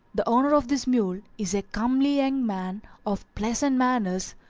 the owner of this mule is a comely young man of pleasant manners,